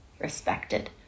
respected